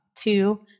Two